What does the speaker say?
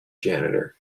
janitor